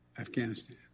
Afghanistan